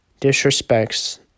disrespects